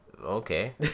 Okay